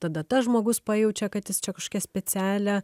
tada tas žmogus pajaučia kad jis čia kažkokią specialią